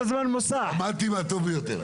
למדתי מהטוב ביותר.